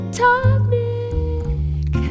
tonic